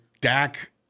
Dak